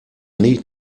need